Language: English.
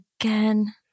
again